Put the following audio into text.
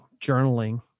journaling